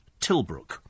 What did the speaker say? Tilbrook